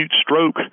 stroke